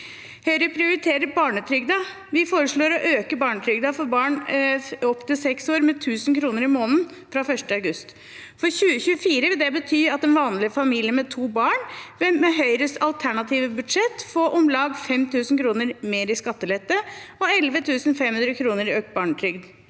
Høyre prioriterer barnetrygden. Vi foreslår å øke barnetrygden for barn opptil seks år med 1 000 kr i måneden fra 1. august. For 2024 vil det bety at en vanlig familie med to barn med Høyres alternative budsjett vil få om lag 5 000 kr mer i skattelette og 11 500 kr i økt barnetrygd.